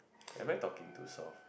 am I talking too soft